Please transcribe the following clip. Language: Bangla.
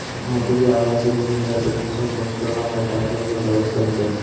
মাটিতে আগাছা জন্মে যাতে ফসল নষ্ট না হয় তার জন্য ব্যবস্থা নিতে হয়